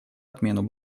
отмену